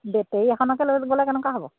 battery এখনকে লৈ গ'লে কেনেকুৱা হ'ব